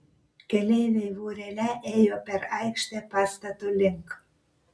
keleiviai vorele ėjo per aikštę pastato link